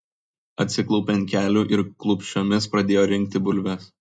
atsiklaupė ant kelių ir klūpsčiomis pradėjo rinkti bulves